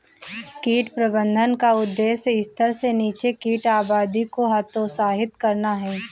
कीट प्रबंधन का उद्देश्य स्तर से नीचे कीट आबादी को हतोत्साहित करना है